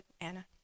Anna